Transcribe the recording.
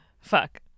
Fuck